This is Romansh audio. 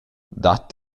dat